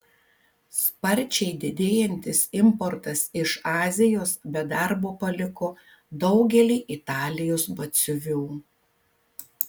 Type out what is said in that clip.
sparčiai didėjantis importas iš azijos be darbo paliko daugelį italijos batsiuvių